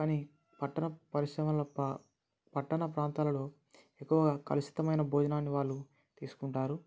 కానీ పట్టణ పరిశ్రమ ప పట్టణ ప్రాంతాలలో ఎక్కువగా కలుషితమైన భోజనాన్ని వాళ్ళు తీసుకుంటారు